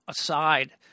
aside